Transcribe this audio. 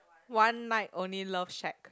one night only love shack